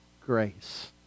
grace